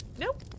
Nope